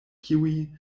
kiuj